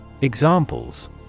Examples